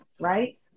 right